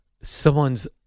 someone's